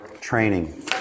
training